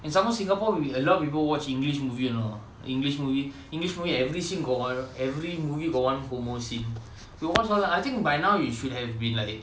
and some more singapore we a lot of people watch english movie you know english movie english movie every scene got one every movie got one homosexuality scene I think by now you should have been like